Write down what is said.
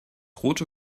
rote